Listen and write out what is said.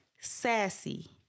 Sassy